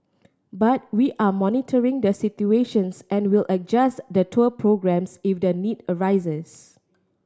but we are monitoring the situations and will adjust the tour programmes if the need arises